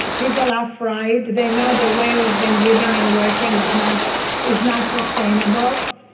people are fried, they know the way we've been living and working is not is not sustainable.